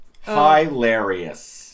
Hilarious